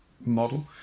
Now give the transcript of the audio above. model